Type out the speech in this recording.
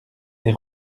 lès